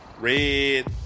red